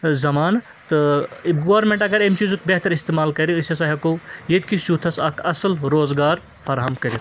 زمانہٕ تہٕ گورمیٚنٛٹ اگر اَمہِ چیٖزُک بہتر استعمال کَرِ أسۍ ہَسا ہیٚکو ییٚتکِس یوٗتھَس اکھ اصٕل روزگار فراہم کٔرِتھ